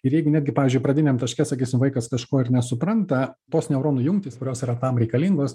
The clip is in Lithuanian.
ir jeigu netgi pavyzdžiui pradiniam taške sakysim vaikas kažko ir nesupranta tos neuronų jungtys kurios yra tam reikalingos